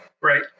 Right